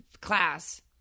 class